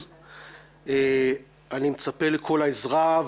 אז אני מצפה לכל העזרה.